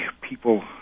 people